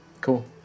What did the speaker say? cool